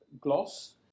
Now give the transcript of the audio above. gloss